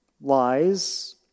lies